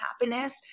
happiness